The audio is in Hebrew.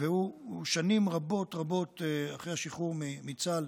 שנים רבות רבות אחרי השחרור מצה"ל